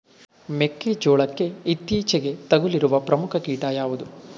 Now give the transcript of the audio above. ಮೆಕ್ಕೆ ಜೋಳಕ್ಕೆ ಇತ್ತೀಚೆಗೆ ತಗುಲಿರುವ ಪ್ರಮುಖ ಕೀಟ ಯಾವುದು?